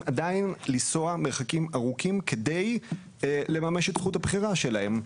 עדיין לנסוע מרחקים ארוכים כדי לממש את זכות הבחירה שלהם.